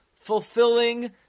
fulfilling